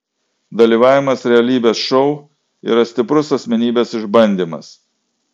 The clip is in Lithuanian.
dalyvavimas realybės šou yra stiprus asmenybės išbandymas